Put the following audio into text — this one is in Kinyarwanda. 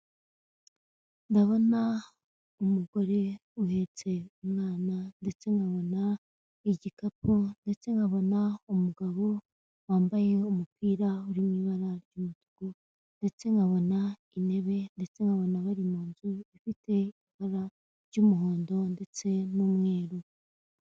Ndabona umugore uhetse umwana, ndetse nkabona n'igikapu, ndetse nkabona umugabo wambaye umupira uri mu ibara ry'umutuku, ndetse nkabona intebe, ndetse nkabona bari mu nzu ifite ibara ry'umuhondo ndetse n'umweru.